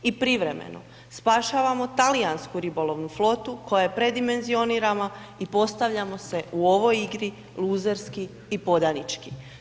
I privremeno spašavamo talijansku ribolovnu flotu koja je predimenzionirana i postavljamo se ovoj igri luzerski i podanički.